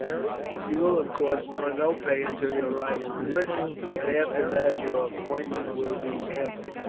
you will, of course, draw no pay until your arrival in britain but after that your appointment will be ample.